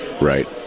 right